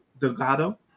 Delgado